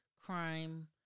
crime